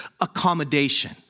accommodation